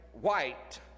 white